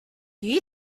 you